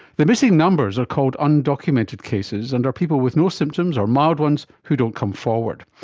the missing numbers are called undocumented cases and are people with no symptoms, or mild ones, who don't come forward.